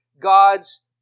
God's